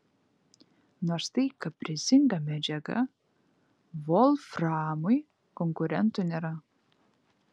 nors tai kaprizinga medžiaga volframui konkurentų nėra